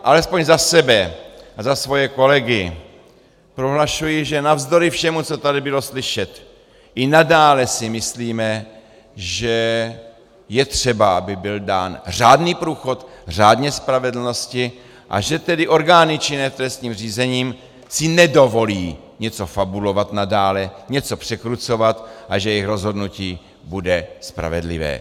Alespoň za sebe a za svoje kolegy jenom prohlašuji, že navzdory všemu, co tady bylo slyšet, i nadále si myslíme, že je třeba, aby byl dán řádný průchod řádné spravedlnosti, a že tedy orgány činné v trestním řízení si nedovolí něco fabulovat nadále, něco překrucovat a že jejich rozhodnutí bude spravedlivé.